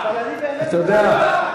תודה.